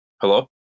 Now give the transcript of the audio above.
hello